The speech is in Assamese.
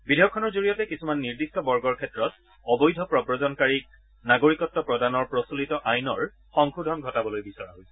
বিধেয়কখনৰ জৰিয়তে কিছুমান নিৰ্দিষ্ট বৰ্গৰ ক্ষেত্ৰত অবৈধ প্ৰৱজনকাৰীক নাগৰিকত্ব প্ৰদানৰ প্ৰচলিত আইনৰ সংশোধন ঘটাবলৈ বিচৰা হৈছে